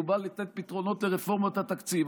הוא בא לתת פתרונות לרפורמת התקציב,